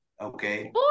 Okay